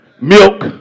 milk